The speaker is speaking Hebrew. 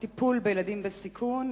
את הטיפול בילדים בסיכון,